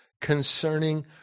concerning